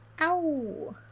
Ow